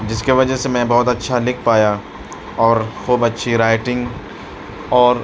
جس کی وجہ سے میں بہت اچّھا لکھ پایا اور خوب اچھی رائیٹنگ اور